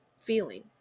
feeling